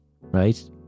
right